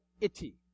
itty